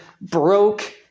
broke